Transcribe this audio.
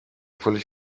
völlig